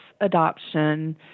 adoption